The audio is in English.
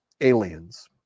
aliens